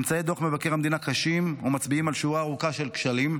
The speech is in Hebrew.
ממצאי דוח מבקר המדינה קשים ומצביעים על שורה ארוכה של כשלים.